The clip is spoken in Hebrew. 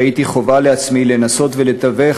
ראיתי חובה לעצמי לנסות ולתווך